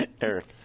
Eric